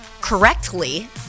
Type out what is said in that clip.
correctly